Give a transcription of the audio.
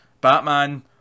Batman